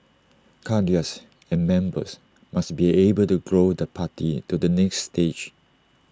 cadres and members must be able to grow the party to the next stage